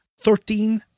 Thirteen